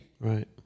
right